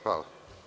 Hvala.